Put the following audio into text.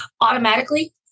automatically